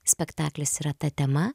spektaklis yra ta tema